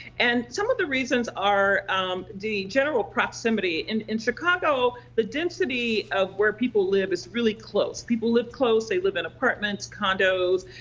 and some of the reasons are the general proximity. in in chicago, the density of where people live is really close. people live close. they live in apartments, condos.